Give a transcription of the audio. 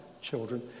children